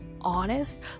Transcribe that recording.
honest